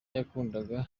yakundaga